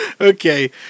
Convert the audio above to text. okay